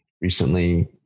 recently